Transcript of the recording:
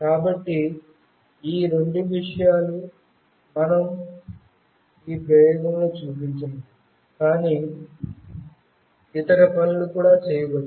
కాబట్టి ఈ రెండు విషయాలు మనం ప్రయోగంలో చూపించినవి కాని ఇతర పనులు కూడా చేయవచ్చు